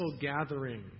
gathering